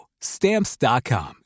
Stamps.com